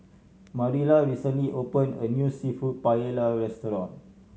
Marilla recently opened a new Seafood Paella Restaurant